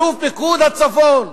אלוף פיקוד הצפון.